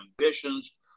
ambitions